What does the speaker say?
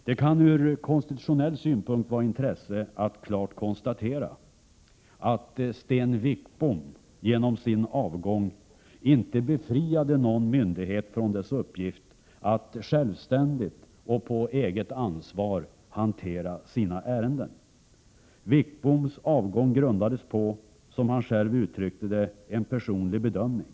Det kan ur konstitutionell synpunkt vara av intresse att klart konstatera att Sten Wickbom genom sin avgång inte befriade någon myndighet från dess uppgift att självständigt och på eget ansvar hantera sina ärenden. Wickboms avgång grundades på, som han själv uttryckte det, en personlig bedömning.